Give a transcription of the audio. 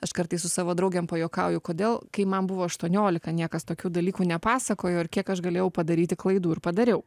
aš kartais su savo draugėm pajuokauju kodėl kai man buvo aštuoniolika niekas tokių dalykų nepasakojo ir kiek aš galėjau padaryti klaidų ir padariau